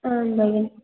आम् भगिनि